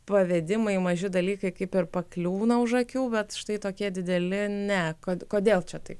pavedimai maži dalykai kaip ir pakliūna už akių bet štai tokie dideli ne kod kodėl čia taip